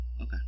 Okay